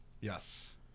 Yes